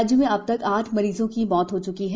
राज्य में अब तक आठ मरीजों की मौत हो च्की है